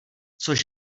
což